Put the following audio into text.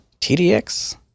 TDX